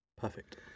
perfect